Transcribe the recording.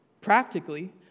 Practically